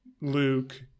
Luke